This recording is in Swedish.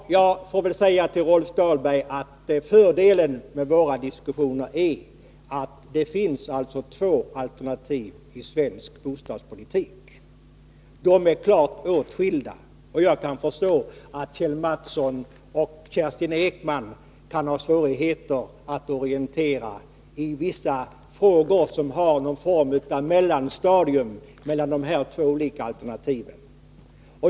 Jag får väl säga till Rolf Dahlberg att fördelen med våra diskussioner är att det i svensk bostadspolitik finns två alternativ som är klart åtskilda. Jag kan förstå att Kjell Mattsson och Kerstin Ekman har svårigheter att orientera sig i vissa frågor som befinner sig på någon form av mellanstadium mellan dessa två alternativ.